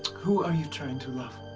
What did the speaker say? who are you trying to love?